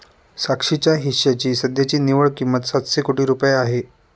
साक्षीच्या हिश्श्याची सध्याची निव्वळ किंमत सातशे कोटी रुपये आहे